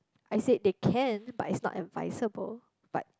I said they can but it's not advisable but